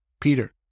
peter